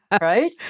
right